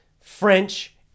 French